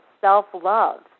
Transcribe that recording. self-love